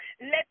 Let